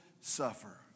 suffer